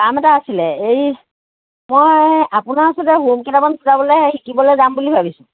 কাম এটা আছিলে এই মই আপোনাৰ ওচৰতে হুৰুম কেইটামান কোটাবলৈ হেৰি শিকিবলৈ যাম বুলি ভাবিছোঁ